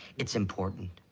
it's important.